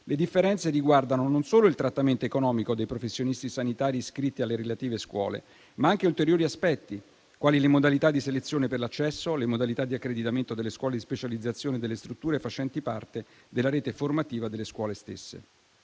le differenze riguardano non solo il trattamento economico dei professionisti sanitari iscritti alle relative scuole, ma anche ulteriori aspetti, quali le modalità di selezione per l'accesso, le modalità di accreditamento delle scuole di specializzazione delle strutture facenti parte della rete formativa delle scuole stesse.